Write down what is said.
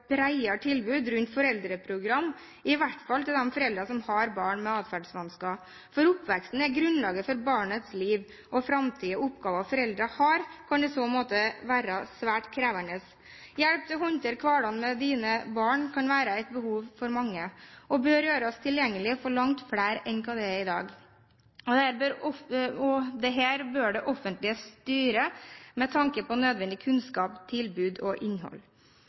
tilbud rundt foreldreprogram, i hvert fall til de foreldrene som har barn med atferdsvansker. For oppveksten er grunnlaget for barnets liv og framtid, og oppgaven foreldrene har, kan i så måte være svært krevende. Hjelp til å håndtere hverdagen med sine barn kan være et behov for mange, og bør gjøres tilgjengelig for langt flere enn i dag. Dette bør det offentlige styre med tanke på nødvendig kunnskap, tilbud og innhold.